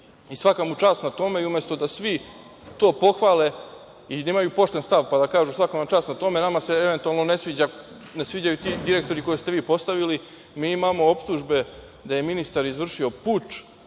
I svaka mu čast na tome. Umesto da svi to pohvale i da imaju pošten stav i da kažu svaka vam čast na tome, nama se eventualno ne sviđaju ti direktori koje ste vi postavili, mi imamo optužbe da je ministar izvršio puč,